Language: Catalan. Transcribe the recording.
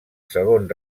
segon